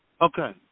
Okay